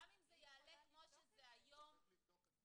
גם אם זה יעלה כמו שזה היום -- צריך לבדוק את זה.